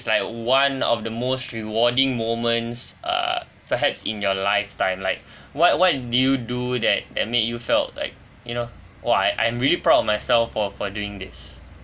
like one of the most rewarding moments uh perhaps in your lifetime like what what do you do that that made you felt like you know !wah! I'm really proud of myself for for doing this